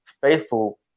faithful